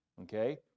Okay